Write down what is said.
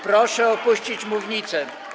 Proszę opuścić mównicę.